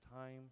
time